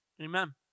Amen